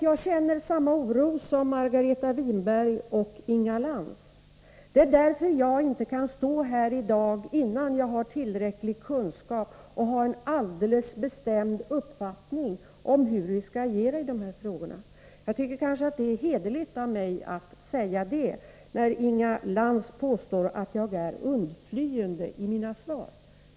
Jag känner samma oro som Margareta Winberg och Inga Lantz, och jag kaninte ge något besked här i dag, innan jag har tillräckliga kunskaper och en alldeles bestämd uppfattning om hur vi skall agera i de här frågorna. Jag tycker kanske att det är hederligt av mig att säga det när Inga Lantz påstår att jag är undflyende i mina svar.